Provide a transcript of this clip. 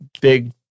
big